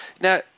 Now